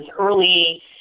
early